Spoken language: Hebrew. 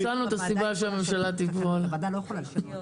זה הנושא שמלבין את שערי ומוריד שעות שינה מהמעט שיש לי.